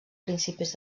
principis